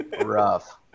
Rough